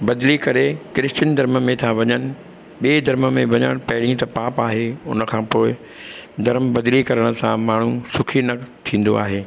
बदिली करे क्रिशचन धर्म में था वञनि ॿिए धर्म में वञणु पहिरीं त पाप आहे उनखां पोइ धर्मु बदिली करण सां माण्हू सुखी न थींदो आहे